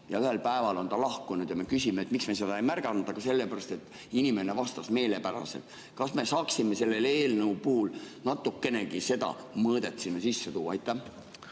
ja ühel päeval on ta lahkunud ja me küsime, miks me seda ei märganud. Aga sellepärast, et inimene vastas meelepäraselt. Kas me saaksime selle eelnõu puhul natukenegi seda mõõdet sinna sisse tuua? Aitäh,